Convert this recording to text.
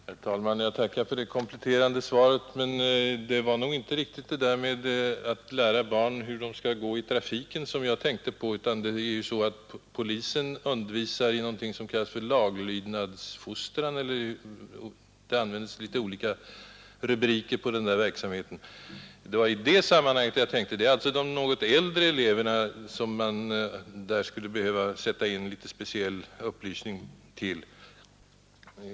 Herr talman! Jag tackar för det kompletterande svaret, men det var inte att lära barnen hur de skall gå i trafiken jag tänkte på, utan polisen undervisar i något som kallas ”laglydnadsfostran” eller något liknande. Det var i det sammanhanget, alltså för de något äldre eleverna, som jag tänkte att man skulle försöka sätta in någon speciell upplysning.